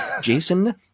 Jason